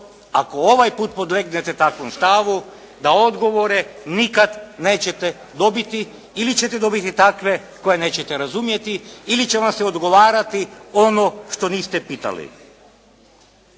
ako ovaj puta podlegnete takvom stavu da odgovore nikad nećete dobiti ili ćete dobiti takve koje nećete razumjeti ili će vam se odgovarati ono što niste pitali.